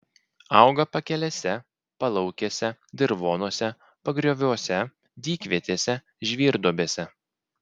auga pakelėse palaukėse dirvonuose pagrioviuose dykvietėse žvyrduobėse